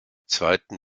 zweiten